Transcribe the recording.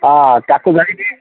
ହଁ ତାକୁ ଯାଇକି